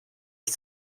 ich